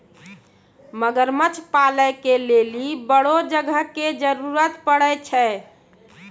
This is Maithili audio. मगरमच्छ पालै के लेली बड़ो जगह के जरुरत पड़ै छै